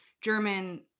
German